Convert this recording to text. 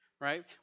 Right